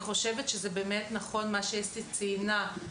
נכון ציינה אסתי אופק,